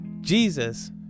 jesus